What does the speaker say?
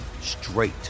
straight